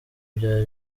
byari